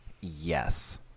yes